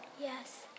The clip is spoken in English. Yes